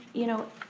you know,